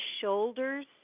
shoulders